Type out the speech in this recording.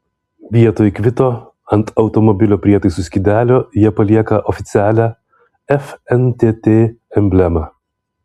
vietoj kvito ant automobilio prietaisų skydelio jie palieka oficialią fntt emblemą